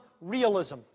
realism